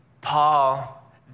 Paul